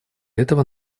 этого